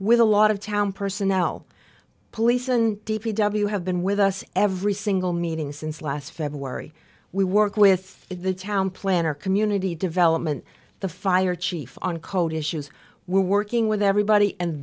with a lot of town personnel police and d p w have been with us every single meeting since last february we work with the town planner community development the fire chief on code issues we're working with everybody and